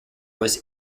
was